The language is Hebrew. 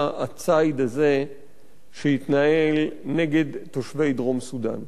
הציד הזה שהתנהל נגד תושבי דרום-סודן.